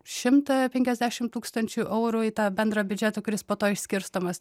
šimtą penkiasdešim tūkstančių eurų į tą bendrą biudžetą kuris po to išskirstomas